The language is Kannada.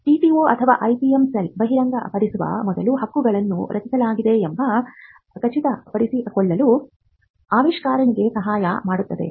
TTO ಅಥವಾ IPM ಸೆಲ್ ಬಹಿರಂಗಪಡಿಸುವ ಮೊದಲು ಹಕ್ಕುಗಳನ್ನು ರಕ್ಷಿಸಲಾಗಿದೆ ಎಂದು ಖಚಿತಪಡಿಸಿಕೊಳ್ಳಲು ಆವಿಷ್ಕಾರಕನಿಗೆ ಸಹಾಯ ಮಾಡುತ್ತದೆ